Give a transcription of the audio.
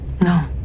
No